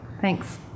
Thanks